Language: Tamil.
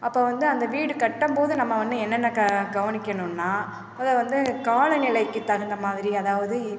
அப்போ வந்து அந்த வீடு கட்டும் போது நம்ம வந்து என்னென்ன க கவனிக்கணும்னா அதை வந்து காலநிலைக்குத் தகுந்த மாதிரி அதாவது